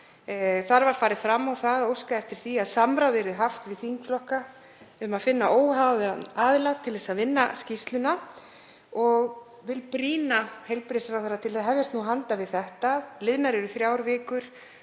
Þar var farið fram á það og óskaði eftir því að samráð yrði haft við þingflokka um að finna óháðan aðila til að vinna skýrsluna og ég vil brýna heilbrigðisráðherra til að hefjast handa við þetta. Liðnar eru þrjár vikur